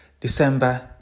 December